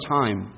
time